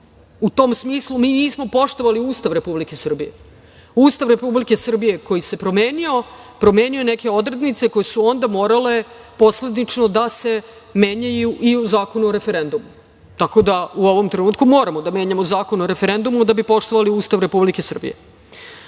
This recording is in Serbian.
U tom smislu mi nismo poštovali Ustav Republike Srbije. Ustav Republike Srbije, koji se promenio, promenio neke odrednice koje su onda morale posledično da se menjaju i u Zakonu o referendumu, tako da u ovom trenutku moramo da menjamo Zakon o referendumu da bi poštovali Ustav Republike Srbije. Što